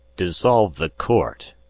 dissolve the court.